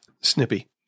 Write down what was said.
snippy